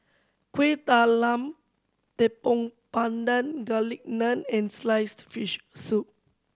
Kuih Talam Tepong Pandan Garlic Naan and sliced fish soup